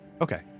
Okay